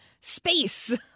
space